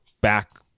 back